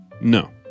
No